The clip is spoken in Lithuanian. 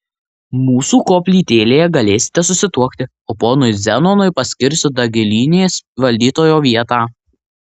mūsų koplytėlėje galėsite susituokti o ponui zenonui paskirsiu dagilynės valdytojo vietą